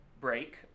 break